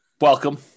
welcome